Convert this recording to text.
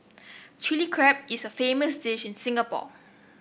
Chilli Crab is a famous dish in Singapore